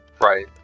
Right